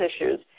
issues